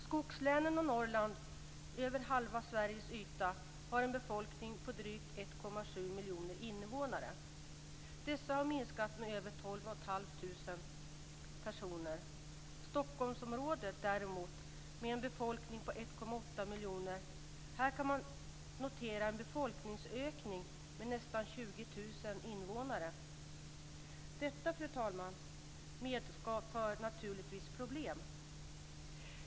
Skogslänen och Norrland, vilket motsvarar över halva Sveriges yta, har en befolkning på drygt 1,7 miljoner invånare. Dessa har minskat med mer än tolv och ett halvt tusen personer. I Stockholmsområdet med en befolkning på 1,8 miljoner har man kunnat notera en befolkningsökning med nästan 20 000 invånare. Detta, fru talman, medför naturligtvis problem.